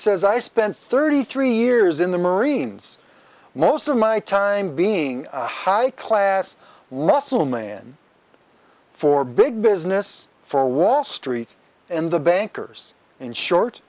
says i spent thirty three years in the marines most of my time being a high class russell man for big business for wall street and the bankers in short